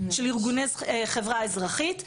של ארגוני חברה אזרחית,